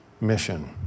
mission